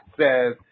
says